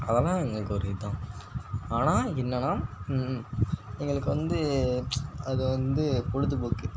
அதெல்லாம் எங்களுக்கு ஒரு இதுதான் ஆனால் என்னன்னா எங்களுக்கு வந்து அது வந்து பொழுதுபோக்கு